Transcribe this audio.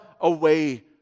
away